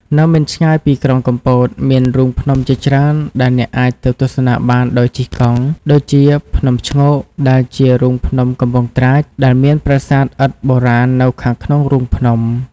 នៅមិនឆ្ងាយពីក្រុងកំពត មានរូងភ្នំជាច្រើនដែលអ្នកអាចទៅទស្សនាបានដោយជិះកង់ ដូចជា ភ្នំឈ្ងោក ដែលជា រូងភ្នំកំពង់ត្រាច ដែលមានប្រាសាទឥដ្ឋបុរាណនៅខាងក្នុងរូងភ្នំ។